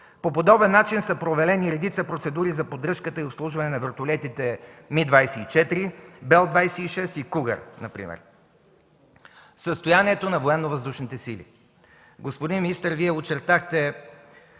По подобен начин са провалени редица процедури за поддръжката и обслужване на вертолетите „Ми-24”, „Бел-26” и „Кугър”, например. Състоянието на Военновъздушните сили. Господин министър, Вие очертахте